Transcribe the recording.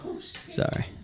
Sorry